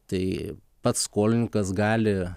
tai pats skolininkas gali